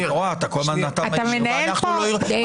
אתה מנהל פה שיח.